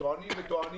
טוענים וטוענים,